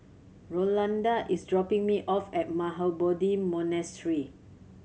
Rolanda is dropping me off at Mahabodhi Monastery